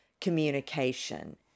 communication